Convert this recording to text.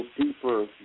deeper